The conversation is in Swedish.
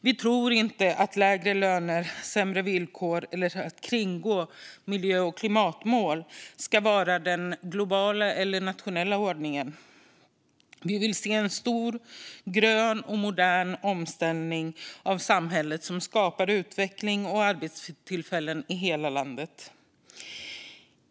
Vi tror inte att lägre löner, sämre villkor eller att kringgå miljö och klimatmål ska vara den globala eller nationella ordningen. Vi vill se en stor grön och modern omställning av samhället som skapar utveckling och arbetstillfällen i hela landet.